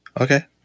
Okay